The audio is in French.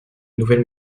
nouvelle